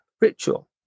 ritual